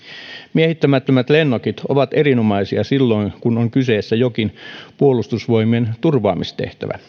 miehittämättömät lennokit ovat erinomaisia silloin kun on kyseessä jokin puolustusvoimien turvaamistehtävä